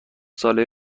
ساله